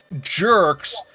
jerks